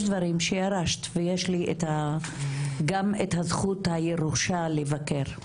יש דברים שירשת ויש לי גם את הזכות הירושה לבקר.